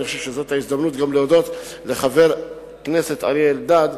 אני חושב שזאת גם ההזדמנות להודות לחבר הכנסת אריה אלדד,